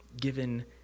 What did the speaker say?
given